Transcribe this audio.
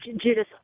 Judas